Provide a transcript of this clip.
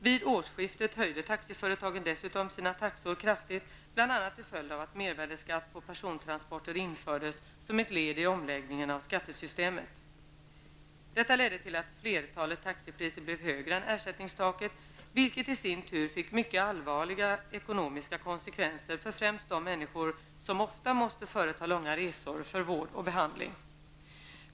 Vid årsskiftet höjde taxiföretagen dessutom sina taxor kraftigt bl.a. till följd av att mervärdeskatt på persontransporter infördes som ett led i omläggningen av skattesystemet. Detta ledde till att flertalet taxipriser blev högre än ersättningstaket, vilket i sin tur fick mycket allvarliga ekonomiska konsekvenser för främst de människor som ofta måste företa långa resor för vård och behandling.